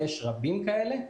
ויש רבים כאלה,